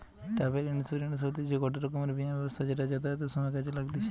travel insurance হতিছে গটে রকমের বীমা ব্যবস্থা যেটা যাতায়াতের সময় কাজে লাগতিছে